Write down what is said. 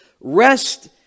rest